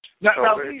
Now